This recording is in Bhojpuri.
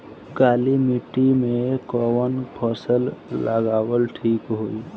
काली मिट्टी में कवन फसल उगावल ठीक होई?